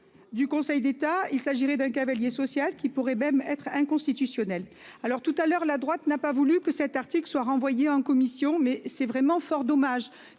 Du Conseil d'État, il s'agirait d'un cavalier social qui pourrait même être inconstitutionnelle. Alors tout à l'heure, la droite n'a pas voulu que cet article soit renvoyé en commission mais c'est vraiment fort dommage